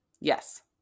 Yes